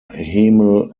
hemel